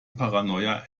paranoia